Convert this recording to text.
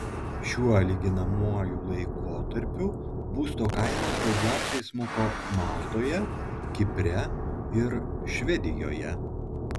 šiuo lyginamuoju laikotarpiu būsto kainos daugiausiai smuko maltoje kipre ir švedijoje